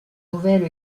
nouvelle